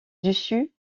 dessus